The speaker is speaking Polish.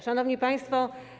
Szanowni Państwo!